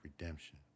redemption